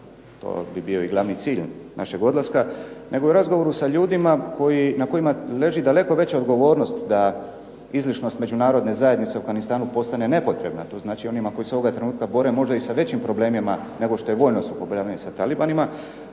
to bi bio i glavni cilj našeg odlaska nego u razgovoru sa ljudima na kojima leži daleko velika odgovornost da izlišnost međunarodne zajednice u Afganistanu postane nepotrebna. To znači onima koji se ovog trenutka bore možda i sa većim problemima nego što je vojno sukobljavanje sa Talibanima.